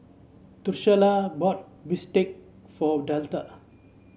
Drucilla bought bistake for Delta